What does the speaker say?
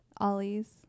Ollie's